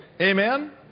Amen